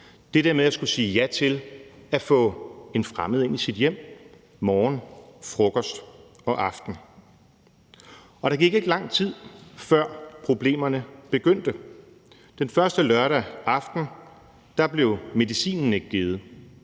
det der med at sige ja til at få en fremmed ind i sit hjem morgen, frokost og aften. Og der gik ikke lang tid, før problemerne begyndte. Den første lørdag aften blev medicinen ikke givet,